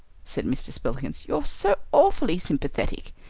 said mr. spillikins, you're so awfully sympathetic.